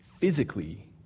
physically